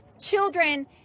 children